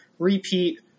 Repeat